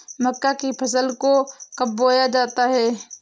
मक्का की फसल को कब बोया जाता है?